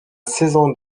saison